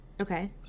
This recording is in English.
Okay